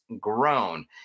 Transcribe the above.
grown